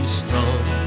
strong